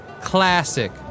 classic